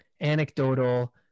anecdotal